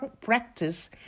practice